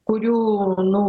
kurių nu